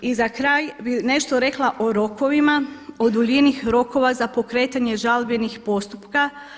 I za kraj bih nešto rekla o rokovima, o duljini rokova za pokretanje žalbenih postupka.